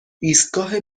ایستگاه